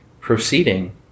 Proceeding